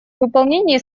выполнении